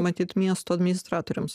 matyt miesto administratoriams